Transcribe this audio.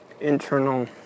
internal